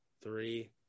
three